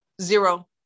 zero